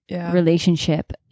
relationship